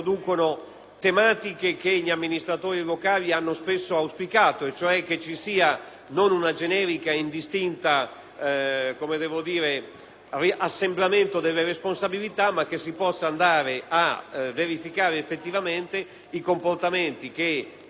tematiche che gli amministratori locali hanno spesso auspicato e cioè che ci sia non un generico, indistinto assembramento delle responsabilità, ma una verifica effettiva dei comportamenti che, se